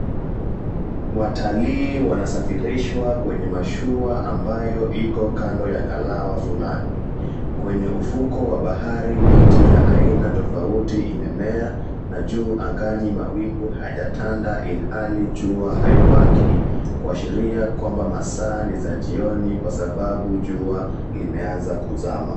Watalii wanasafiriswa kwenye mashua ambayo iko kando ya ghalawa fulani. Kwenye ufuko wa bahari miti ya aina tofauti imemea na juu angani mawingu hayajatanda ilhali jua haiwaki kuashiria kwamba masaa za jioni kwa sababu jua limeanza kuzama.